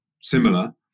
similar